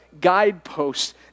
guideposts